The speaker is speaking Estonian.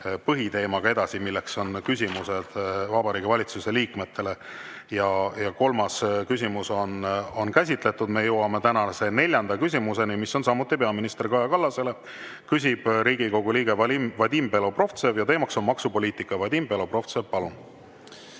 põhiteemaga, milleks on küsimused Vabariigi Valitsuse liikmetele. Kolmas küsimus on käsitletud. Me jõuame tänase neljanda küsimuseni, mis on samuti peaminister Kaja Kallasele. Küsib Riigikogu liige Vadim Belobrovtsev ja teema on maksupoliitika. Vadim Belobrovtsev, palun!